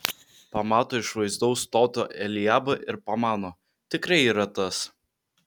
pamato išvaizdaus stoto eliabą ir pamano tikrai yra tas